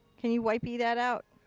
can you wipey that out?